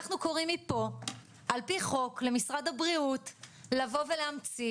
אנחנו קוראים מפה על פי חוק למשרד הבריאות לבוא ולהמציא